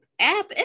app